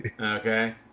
okay